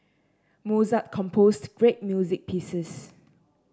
Mozart composed great music pieces